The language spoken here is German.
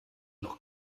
noch